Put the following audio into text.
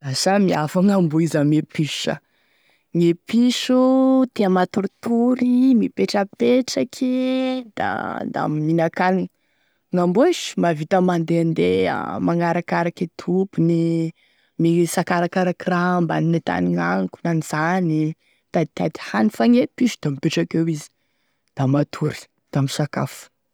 Da samihafa gn'amboa izy ame piso sha: gne piso tia matoritory, mipetrapetraky da, da mihinan-kanigny, gn'amboa sh mahavita mandehandeha, magnarakarake e tompony, mitsakarakaraky raha ambany e tany gnao konan'izany, mitaditady hany, fa gne piso, da mipetraky eo izy, da matory da misakafo.